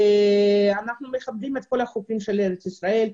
ואנחנו מכבדים את כל החוקים של ארץ ישראל.